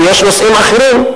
כי יש נושאים אחרים.